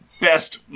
best